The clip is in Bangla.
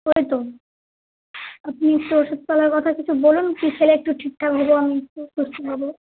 ওই তো আপনি একটু ওষুধপতের কথা কিছু বলুন কী খেলে একটু ঠিকঠাক হবো আমি একটু সুস্থ হবো